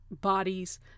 bodies